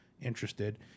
interested